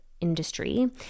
industry